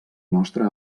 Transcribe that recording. nostre